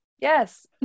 yes